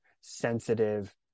sensitive